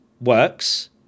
works